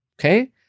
okay